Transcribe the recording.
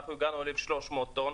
הגענו ל-1,300 טון,